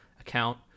account